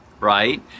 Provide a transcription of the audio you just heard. right